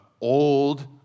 old